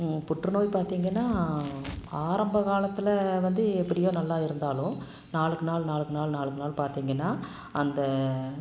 புற்றுநோய் பார்த்திங்கன்னா ஆரம்ப காலத்தில் வந்து எப்படியோ நல்லா இருந்தாலும் நாளுக்கு நாள் நாளுக்கு நாள் நாளுக்கு நாள் பார்த்திங்கன்னா அந்த